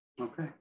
okay